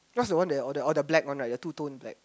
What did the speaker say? what's the one you order oh the black one right the two tone black